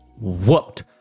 whooped